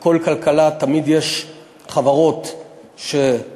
בכל כלכלה תמיד יש חברות שמשגשגות,